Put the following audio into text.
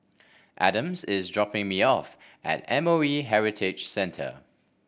Adams is dropping me off at M O E Heritage Centre